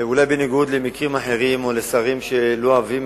אולי בניגוד למקרים אחרים או לשרים שלא אוהבים